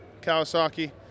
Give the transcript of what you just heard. Kawasaki